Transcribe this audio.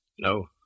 No